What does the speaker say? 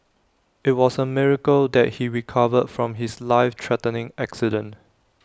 IT was A miracle that he recovered from his life threatening accident